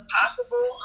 possible